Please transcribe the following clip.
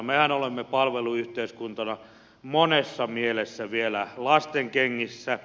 mehän olemme palveluyhteiskuntana monessa mielessä vielä lastenkengissä